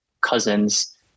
cousins